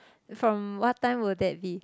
from what time will that be